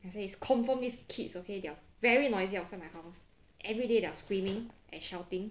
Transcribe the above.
then I say is confirm these kids okay they're very noisy outside my house everyday they're screaming and shouting